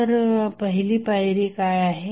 तर पहिली पायरी काय आहे